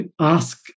ask